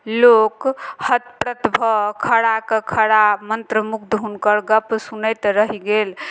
लोक हतप्रत भऽ खड़ाक खड़ा मन्त्र मुग्ध हुनकर गप सुनैत रहि गेल